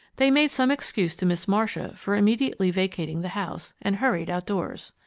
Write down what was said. they made some excuse to miss marcia for immediately vacating the house, and hurried outdoors.